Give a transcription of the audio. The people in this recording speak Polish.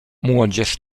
młodzież